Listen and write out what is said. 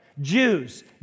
Jews